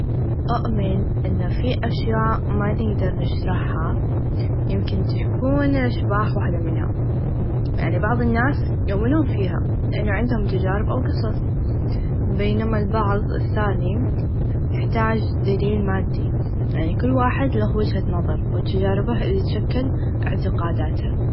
أؤمن إن في أشياء من نقدر نشرحها يمكن تكون الأشباح واحده منها يعني بعض الناس يؤمنون فيها لإن عندهم تچارب أو قصص بينما البعظ الثاني يحتاچ دليل مادي يعني كل واحد له وچه نظر و تچاربه إلي تشكل إعتقاداته.